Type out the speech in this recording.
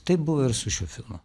taip buvo ir su šiuo filmu